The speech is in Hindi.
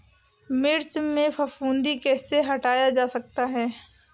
मिर्च में फफूंदी कैसे हटाया जा सकता है?